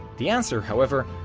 the answer, however,